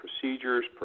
procedures